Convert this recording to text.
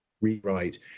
Rewrite